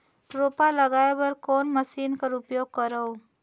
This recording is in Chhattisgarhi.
रोपा लगाय बर कोन मशीन कर उपयोग करव?